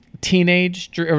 teenage